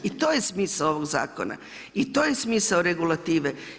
I to je smisao ovog zakon i to je smisao regulative.